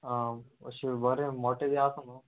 आं अशें बरें मोटे बी आसा न्हू